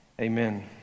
amen